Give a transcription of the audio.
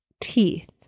teeth